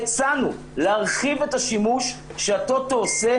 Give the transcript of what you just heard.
הצענו להרחיב את השימוש שהטוטו עושה